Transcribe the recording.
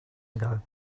ago